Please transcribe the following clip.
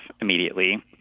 immediately